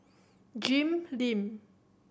Jim Lim